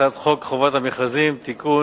הצעת חוק חובת המכרזים (תיקון,